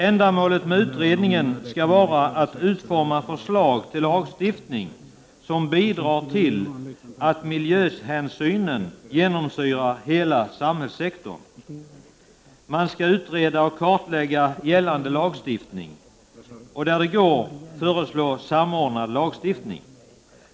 Ändamålet med utredningen skall vara att utforma förslag till lagstiftning som bidrar till att miljöhänsynen genomsyrar hela samhällssektorn. Man skall utreda och kartlägga gällande lagar och där det går att föreslå samordnad lagstiftning.